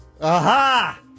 Aha